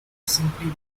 simply